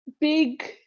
big